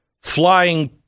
flying